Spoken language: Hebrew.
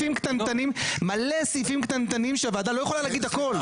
יש מלא סעיפים קטנטנים שהוועדה לא יכולה להגיד הכל.